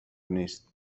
نیست